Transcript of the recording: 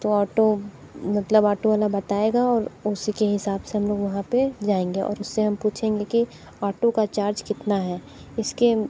तो ऑटो मतलब ऑटो वाला बताएगा और उसी के हिसाब से हम लोग वहाँ पे जायेंगे और उससे हम पूछेंगे कि ऑटो का चार्ज कितना है इसके